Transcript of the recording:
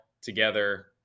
together